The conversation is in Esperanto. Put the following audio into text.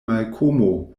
malkomo